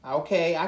okay